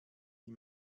die